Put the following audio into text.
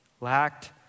lacked